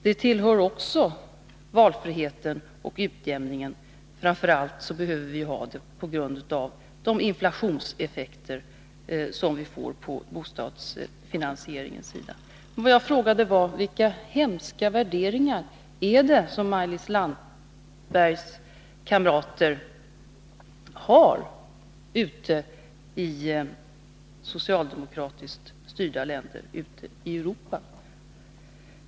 Det tillhör också valfriheten och utjämningen. Framför allt behöver vi ha det så på grund av inflationseffekterna på bostadsfinansieringen. Vad jag frågade var: Vilka hemska värderingar är det som Maj-Lis Landbergs kamrater har i socialdemokratiskt styrda länder ute i Europa?